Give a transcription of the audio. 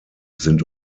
sind